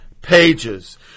pages